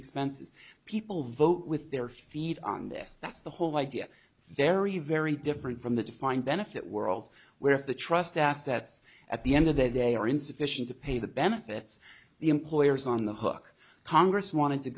expenses people vote with their feet on this that's the whole idea very very different from the defined benefit world where if the trust assets at the end of that they are insufficient to pay the benefits the employer is on the hook congress wanted to